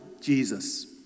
Jesus